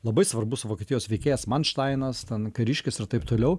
labai svarbus vokietijos veikėjas manštainas ten kariškis ir taip toliau